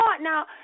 Now